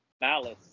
Malice